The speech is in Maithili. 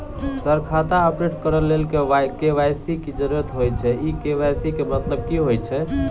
सर खाता अपडेट करऽ लेल के.वाई.सी की जरुरत होइ छैय इ के.वाई.सी केँ मतलब की होइ छैय?